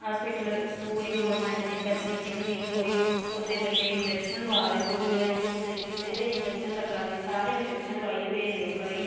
hospital पूरी government दी facility होंदी कोई कुसे बच्चे गी इंजेक्शन लोआ दे पोलियो दे कुसे गी किसे दे इंजेक्शन लग्गा दे सारे इंजेक्शन लोआइये भेजदे ओह् घरे गी